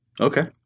Okay